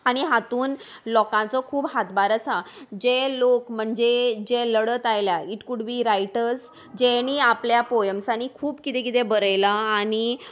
आनी हातूंत लोकांचो खूब हातभार आसा जे लोक म्हणजे जे लडत आयल्या इट कूड बी रायटर्स जांणी आपल्या पोयम्सांनी खूब किदें किदें बरयलां आनी